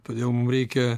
todėl mum reikia